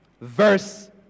Verse